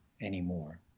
anymore